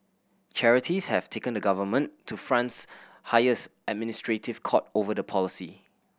charities have taken the government to France highest administrative court over the policy